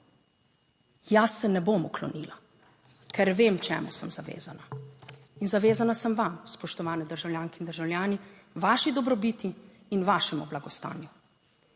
Jaz se ne bom uklonila, ker vem, čemu sem zavezana, in zavezana sem vam, spoštovane državljanke in državljani, vaši dobrobiti in vašemu blagostanju.